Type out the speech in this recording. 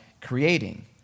creating